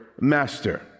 master